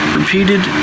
repeated